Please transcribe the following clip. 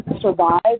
survive